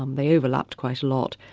um they overlapped quite a lot.